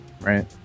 Right